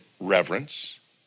reverence